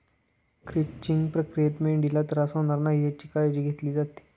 crunching प्रक्रियेत मेंढीला त्रास होणार नाही याची काळजी घेतली जाते